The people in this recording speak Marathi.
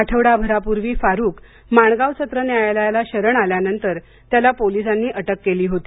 आठवडाभरापूर्वी फारूक माणगाव सत्र न्यायालयाला शरण आल्यानंतर त्याला पोलिसांनी अटक केली होती